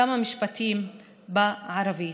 כמה משפטים בערבית: